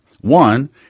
One